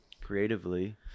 creatively